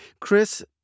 Chris